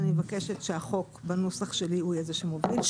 שאני מבקשת שהחוק בנוסח שלי הוא יהיה זה שמוביל.